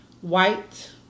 White